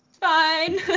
Fine